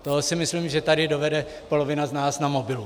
To si myslím, že tady dovede polovina z nás na mobilu.